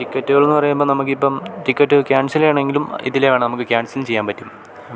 ടിക്കറ്റുകളെന്ന് പറയുമ്പോള് നമുക്കിപ്പം ticket cancel ചെയ്യണമെങ്കിലും ഇതില് തന്നെ നമുക്ക് ക്യാൻസൽ ചെയ്യാനും പറ്റും